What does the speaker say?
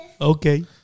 Okay